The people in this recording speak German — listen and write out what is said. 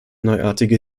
neuartige